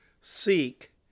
Seek